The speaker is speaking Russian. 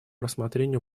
рассмотрению